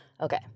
Okay